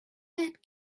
that